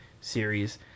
series